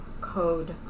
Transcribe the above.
code